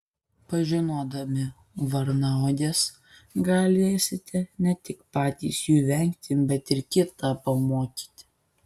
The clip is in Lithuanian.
pažinodami varnauoges galėsite ne tik patys jų vengti bet ir kitą pamokyti